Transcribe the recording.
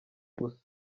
busa